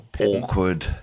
awkward